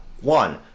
One